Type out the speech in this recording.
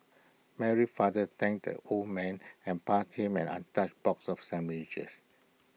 Mary father thanked that old man and passed him an untouched box of sandwiches